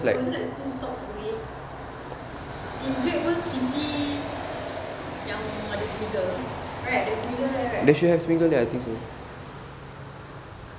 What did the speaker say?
oh is it like two stop away is great old city yang ada Smiggle ke right there a Smiggle there right